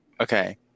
Okay